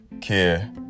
care